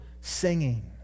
singing